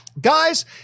Guys